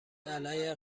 علیه